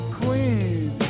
queen